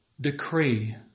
decree